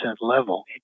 level